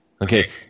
Okay